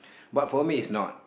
but for me it's not